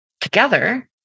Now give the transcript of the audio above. together